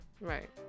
right